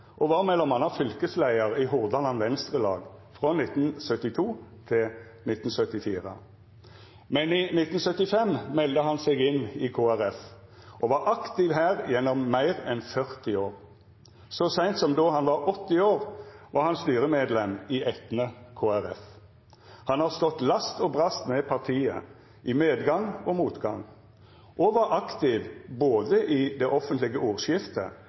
og var m.a. fylkesleiar i Hordaland Venstrelag frå 1972 til 1974. Men i 1975 melde han seg inn i Kristeleg Folkeparti og var aktiv her gjennom meir enn 40 år. Så seint som då han var 80 år, var han styremedlem i Etne Kristeleg Folkeparti. Han har stått last og brast med partiet i medgang og motgang og var aktiv både i det offentlege ordskiftet